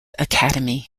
academy